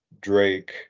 Drake